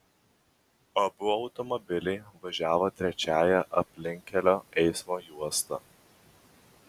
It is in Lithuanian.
abu automobiliai važiavo trečiąja aplinkkelio eismo juosta